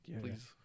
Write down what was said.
Please